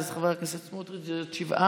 אז עם חבר הכנסת סמוטריץ' זה עוד שבעה,